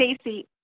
Stacey